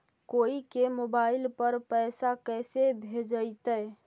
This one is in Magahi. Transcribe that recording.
कोई के मोबाईल पर पैसा कैसे भेजइतै?